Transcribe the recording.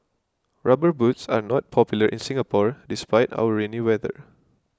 rubber boots are not popular in Singapore despite our rainy weather